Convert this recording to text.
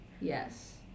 Yes